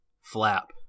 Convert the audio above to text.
flap